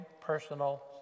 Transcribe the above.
personal